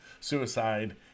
suicide